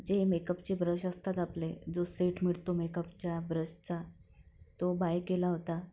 जे मेकअपचे ब्रश असतात आपले जो सेट मिडतो मेकअपच्या ब्रशचा तो बाय केला होता